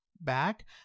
back